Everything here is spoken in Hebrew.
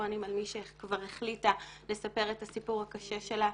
ומיקרופונים על מי שכבר החליטה לספר את הסיפור הקשה שלה.